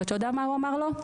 ואתה יודע מה הוא אמר לו?